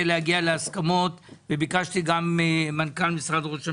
להגיע להסכמות וביקשתי גם ממנכ"ל משרד ראש הממשלה,